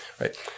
right